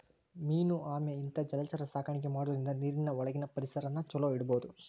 main ಆಮೆ ಇಂತಾ ಜಲಚರ ಸಾಕಾಣಿಕೆ ಮಾಡೋದ್ರಿಂದ ನೇರಿನ ಒಳಗಿನ ಪರಿಸರನ ಚೊಲೋ ಇಡಬೋದು